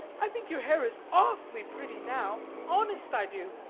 i think your hair is awfully pretty now honest i do.